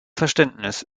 verständnis